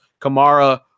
Kamara